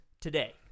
today